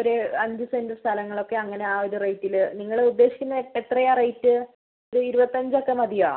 ഒരു അഞ്ച് സെൻറ്റ് സ്ഥലങ്ങളൊക്കെ ആ ഒരു റേറ്റിൽ നിങ്ങൾ ഉദ്ദേശിക്കുന്നത് എത്രയാണ് റേറ്റ് ഒരു ഇരുപത്തഞ്ചൊക്കെ മതിയോ